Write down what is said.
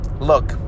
look